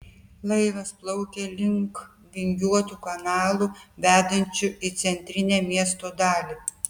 laivas plaukė link vingiuotų kanalų vedančių į centrinę miesto dalį